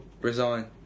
resign